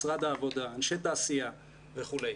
משרד העבודה, אנשי תעשיה וכולי.